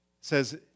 says